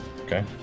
Okay